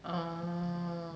orh